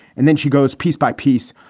and then she goes piece by piece.